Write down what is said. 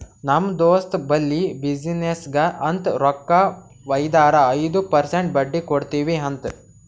ನಮ್ ದೋಸ್ತ್ ಬಲ್ಲಿ ಬಿಸಿನ್ನೆಸ್ಗ ಅಂತ್ ರೊಕ್ಕಾ ವೈದಾರ ಐಯ್ದ ಪರ್ಸೆಂಟ್ ಬಡ್ಡಿ ಕೊಡ್ತಿವಿ ಅಂತ್